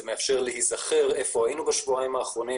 זה מאפשר לנו להיזכר איפה היינו בשבועיים האחרונים